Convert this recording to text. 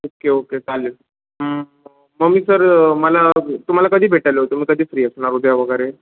okay okay चालेल मी sir मला तुम्हाला कधी भेटायला तुम्ही कधी फ्री असणार उद्या वगैरे